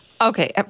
Okay